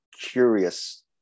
curious